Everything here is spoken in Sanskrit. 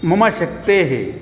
मम शक्तेः